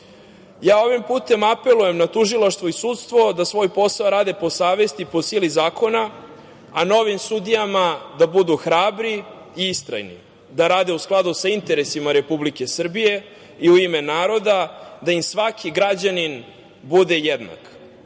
putem ja apelujem na tužilaštvo i sudstvo da svoj posao rade po savesti i po sili zakona, a novim sudijama da budu hrabri i istrajni, da rade u skladu sa interesima Republike Srbije i u ime naroda, da im svaki građanin bude